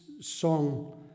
song